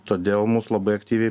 todėl mus labai aktyviai